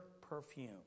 perfume